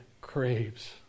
craves